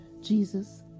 Jesus